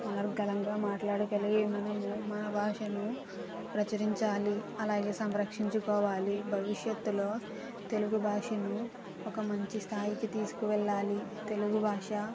అనర్గళంగా మాట్లాడగలిగే మనము మన భాషను ప్రచురించాలి అలాగే సంరక్షించుకోవాలి భవిష్యత్తులో తెలుగు భాషను ఒక మంచి స్థాయికి తీసుకువెళ్ళాలి తెలుగు భాష